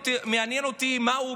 מעניין אותי מה הוא,